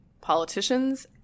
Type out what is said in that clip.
politicians